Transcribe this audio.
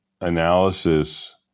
analysis